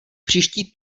příští